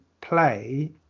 play